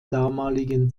damaligen